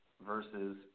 versus